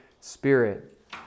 spirit